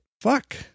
fuck